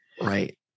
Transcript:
Right